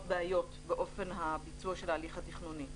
בעיות באופן הביצוע של ההליך התכנוני.